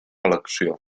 elecció